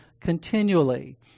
continually